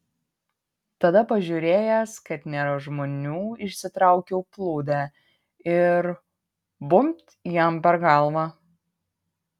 tada pažiūrėjęs kad nėra žmonių išsitraukiau plūdę ir bumbt jam per galvą